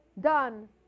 done